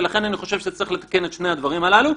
לכן אני חושב שצריך לתקן את שני הדברים הללו.